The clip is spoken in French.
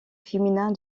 féminin